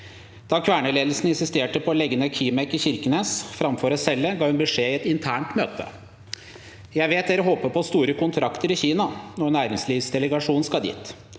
Da Kværner-ledelsen insisterte på å legge ned Kimek i Kirkenes framfor å selge, ga hun beskjed i et internt møte: Jeg vet dere håper på store kontrakter i Kina når næringslivsdelegasjonen skal dit.